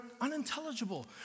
unintelligible